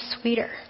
sweeter